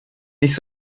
nicht